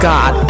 God